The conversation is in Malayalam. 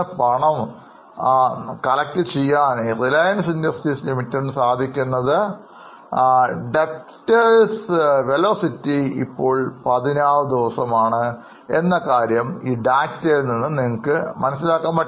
പക്ഷേ ഇപ്പോൾ 16 ദിവസമായി ഉയർന്നിരിക്കുന്നു